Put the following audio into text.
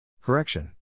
Correction